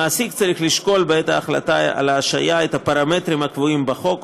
המעסיק צריך לשקול בעת ההחלטה על ההשעיה את הפרמטרים הקבועים בחוק,